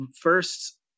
First